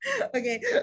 okay